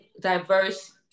diverse